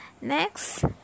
next